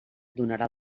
donarà